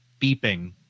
beeping